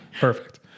Perfect